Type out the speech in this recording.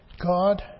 God